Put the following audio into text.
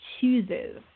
Chooses